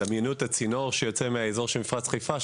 דמיינו את הצינור שיוצא מהאזור של מפרץ חיפה,